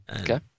Okay